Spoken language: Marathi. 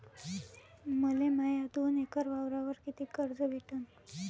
मले माया दोन एकर वावरावर कितीक कर्ज भेटन?